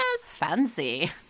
Fancy